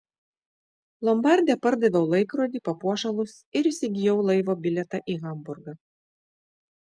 lombarde pardaviau laikrodį papuošalus ir įsigijau laivo bilietą į hamburgą